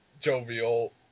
Jovial